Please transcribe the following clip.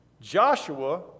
Joshua